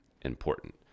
important